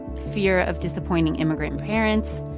fear of disappointing immigrant parents,